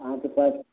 अहाँके पास